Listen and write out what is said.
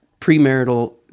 premarital